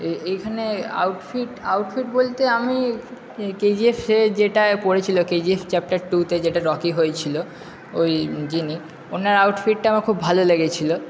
এইখানে outfit outfit বলতে আমি কে জি এফে যেটা করেছিলো কে জি এফ চ্যাপ্টারে টুতে যেটা রকি হয়েছিলো ওই যিনি ওনার আউট ফিটটা আমার খুব ভালো লেগেছিলো